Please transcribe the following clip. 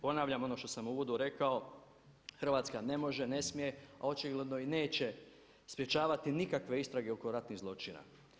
Ponavljam ono što sam u uvodu rekao, Hrvatska ne može, ne smije, a očigledno i neće sprječavati nikakve istine oko ratnih zločina.